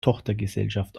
tochtergesellschaft